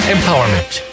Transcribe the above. Empowerment